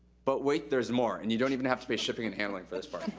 but wait, there's more. and you don't even have to pay shipping and handling for this part.